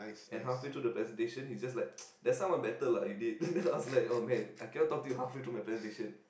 and halfway through the presentation he's just like just now one better lah you did then I was like oh man I cannot talk to you halfway through my presentation